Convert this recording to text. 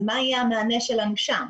אז מה יהיה המענה שלהם שם?